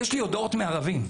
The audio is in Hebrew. יש לי הודעות מערבים.